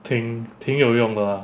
挺挺有用的 lah